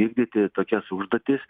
vykdyti tokias užduotis